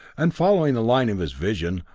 and following the line of his vision,